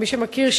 מי שמכיר,